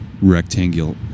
rectangular